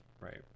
Right